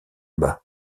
bas